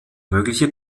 mögliche